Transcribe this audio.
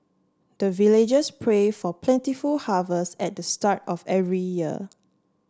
the villagers pray for plentiful harvest at the start of every year